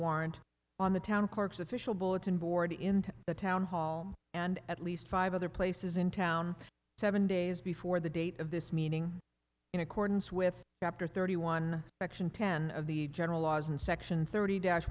warrant on the town cork's official bulletin board into the town hall and at least five other places in town seven days before the date of this meeting in accordance with dr thirty one section ten of the general laws in section thirty d